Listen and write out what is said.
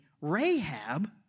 Rahab